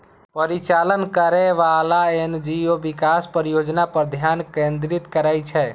परिचालन करैबला एन.जी.ओ विकास परियोजना पर ध्यान केंद्रित करै छै